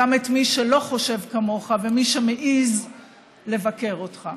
גם את מי שלא חושב כמוך ומי שמעז לבקר אותך.